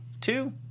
two